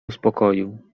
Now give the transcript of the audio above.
uspokoił